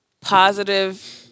positive